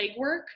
legwork